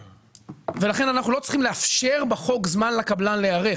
לכן אנחנו לא צריכים לאפשר בחוק זמן לקבלן להיערך,